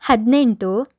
ಹದಿನೆಂಟು